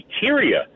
criteria